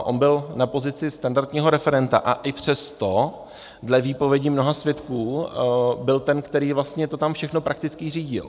On byl na pozici standardního referenta a i přesto dle výpovědi mnoha svědků byl ten, který vlastně to tam všechno prakticky řídil.